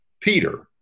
Peter